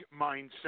mindset